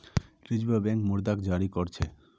reserve bank मुद्राक जारी कर छेक